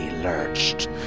lurched